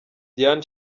diane